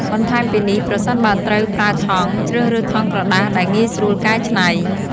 បន្ថែមពីនេះ ប្រសិនបើត្រូវប្រើថង់ ជ្រើសរើសថង់ក្រដាសដែលងាយស្រួលកែច្នៃ។